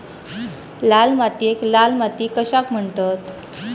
लाल मातीयेक लाल माती कशाक म्हणतत?